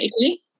Italy